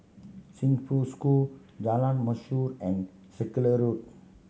Chongfu School Jalan Mashor and Circular Road